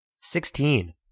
Sixteen